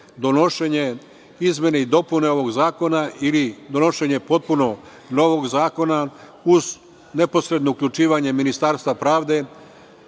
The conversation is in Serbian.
donošenja izmena i dopuna ovog zakona, ili donošenje potpuno novog zakona, uz neposredno uključivanje Ministarstva pravde,